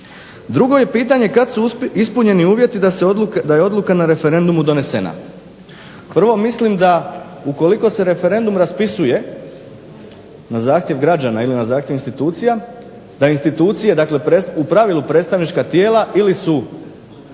Drugo je pitanje kad su ispunjeni uvjeti da je odluka na referendumu donesena. Prvo mislim da ukoliko se referendum raspisuje na zahtjev građana ili na zahtjev institucija da institucije, u pravilu predstavnička tijela ili su